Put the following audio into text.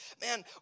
man